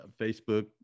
Facebook